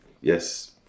yes